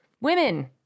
Women